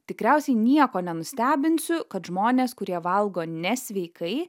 tikriausiai nieko nenustebinsiu kad žmonės kurie valgo nesveikai